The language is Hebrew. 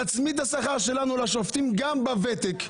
נצמיד את השכר שלנו לשופטים גם בוותק,